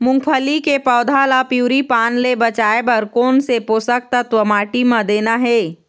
मुंगफली के पौधा ला पिवरी पान ले बचाए बर कोन से पोषक तत्व माटी म देना हे?